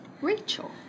Rachel